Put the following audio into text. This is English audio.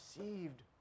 received